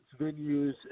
venues